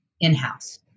in-house